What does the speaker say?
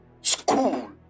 school